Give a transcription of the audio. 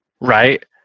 Right